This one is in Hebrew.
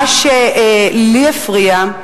מה שלי הפריע,